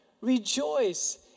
rejoice